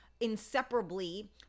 inseparably